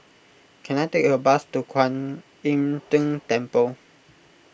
can I take a bus to Kwan Im Tng Temple